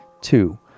Two